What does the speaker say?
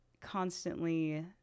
constantly